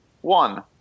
One